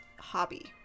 hobby